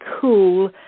cool